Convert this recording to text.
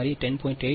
તમારી 10